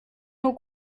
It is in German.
nur